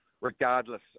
regardless